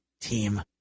team